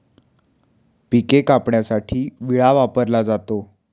पिके कापण्यासाठी विळा वापरला जातो